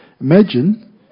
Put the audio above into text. Imagine